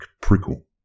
prickle